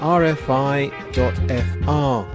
rfi.fr